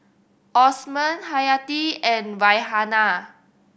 Osman Hayati and Raihana